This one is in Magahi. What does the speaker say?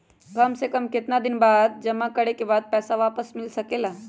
काम से कम केतना दिन जमा करें बे बाद पैसा वापस मिल सकेला?